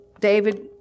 David